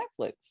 netflix